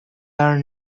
are